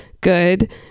good